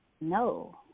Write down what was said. no